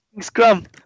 scrum